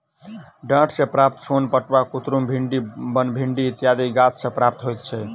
डांट सॅ प्राप्त सोन पटुआ, कुतरुम, भिंडी, बनभिंडी इत्यादि गाछ सॅ प्राप्त होइत छै